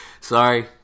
sorry